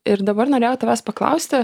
ir dabar norėjau tavęs paklausti